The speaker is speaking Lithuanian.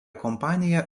kompanija